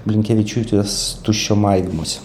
blinkevičiūtės tuščio maivymosi